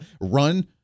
Run